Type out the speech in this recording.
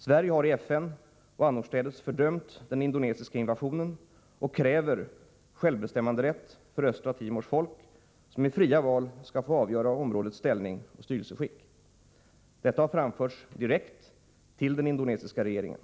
Sverige har i FN och annorstädes fördömt den indonesiska invasionen och kräver självbestämmanderätt för Östra Nr 59 Timors folk, som i fria val skall få avgöra områdets ställning och styrelse Fredagen den skick. Detta har framförts direkt till den indonesiska regeringen.